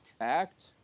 Act